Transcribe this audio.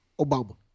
Obama